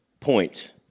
point